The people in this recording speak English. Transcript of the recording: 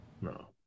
No